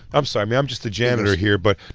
i'm sorry, man, i'm just the janitor here, but.